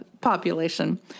population